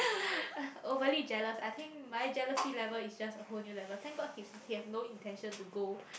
overly jealous I think my jealousy level is just a whole new level thank god his he have no intention to